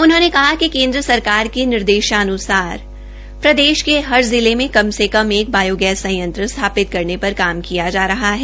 उन्होंने कहा कि केन्द्र सरकार के निर्देशान्सार प्रदेश के हर जिले में कम से कम एक बायोगैस सथापित करने प्रर काम किया जा रहा है